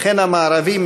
וכן המערבי,